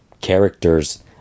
characters